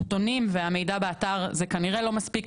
זה אנשים שנמצאים בארץ שמשרד הפנים פוגש אותם,